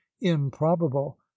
improbable